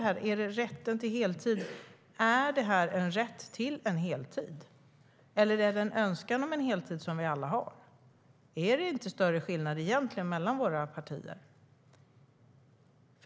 Handlar det om en rätt till heltid eller en önskan om en heltid, som vi alla har? Är det inte större skillnad mellan våra partier?